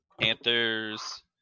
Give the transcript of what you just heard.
Panthers